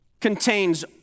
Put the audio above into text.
contains